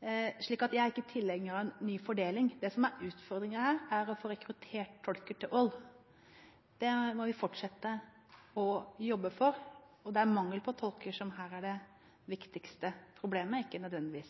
Jeg er ikke tilhenger av en ny fordeling. Det som er utfordringen her, er å få rekruttert tolker til Ål. Det må vi fortsette å jobbe for. Det er mangel på tolker som her er det viktigste problemet, ikke nødvendigvis